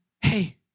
Hey